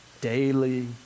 daily